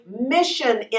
mission